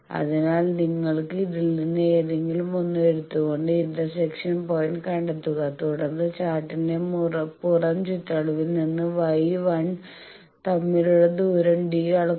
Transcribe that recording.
അതിനാൽ നിങ്ങൾക്ക് ഇതിൽ നിന്ന് ഏതെങ്കിലും ഒന്ന് എടുത്തുകൊണ്ട് ഇന്റർസെക്ഷൻ പോയിന്റ് കണ്ടെത്തുക തുടർന്ന് ചാർട്ടിന്റെ പുറം ചുറ്റളവിൽ നിന്ന് Y 1 തമ്മിലുള്ള ദൂരം d അളക്കുക